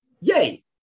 yay